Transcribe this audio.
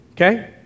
okay